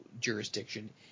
jurisdiction